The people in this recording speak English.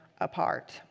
apart